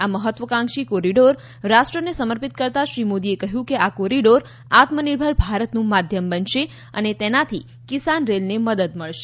આ મહત્વકાંક્ષી કોરિડોર રાષ્ટ્રને સમર્પિત કરતા શ્રી મોદીએ કહ્યું કે આ કોરિડોર આત્મ નિર્ભર ભારતનું માધ્યમ બનશે અને તેનાથી કિસાન રેલને મદદ મળશે